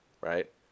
right